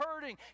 hurting